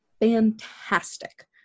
fantastic